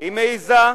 היא מעזה,